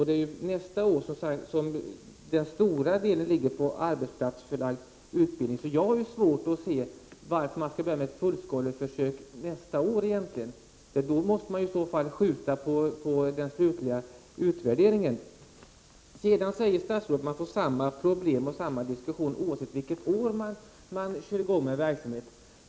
Det är under nästa år som den stora delen av utredningen är koncentrerad på arbetsplatsförlagd utbildning. Jag har svårt att se varför man skall börja med ett fullskaleförsök nästa år. Då måste man i så fall skjuta på den slutliga utvärderingen. Statsrådet säger vidare att det blir samma problem och samma diskussion oavsett vilket år som verksamheten körs i gång.